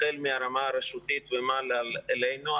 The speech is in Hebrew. החל מהרמה הרשותית ומעלה, אלינו.